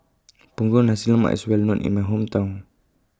Punggol Nasi Lemak IS Well known in My Hometown